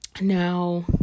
Now